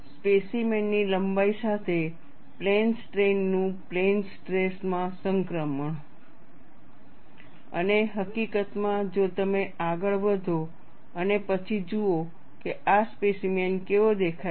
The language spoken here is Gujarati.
સ્પેસીમેન ની લંબાઈ સાથે પ્લેન સ્ટ્રેઈન નું પ્લેન સ્ટ્રેસ માં સંક્રમણ અને હકીકતમાં જો તમે આગળ વધો અને પછી જુઓ કે આ સ્પેસીમેન કેવો દેખાય છે